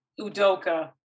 Udoka